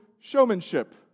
showmanship